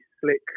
slick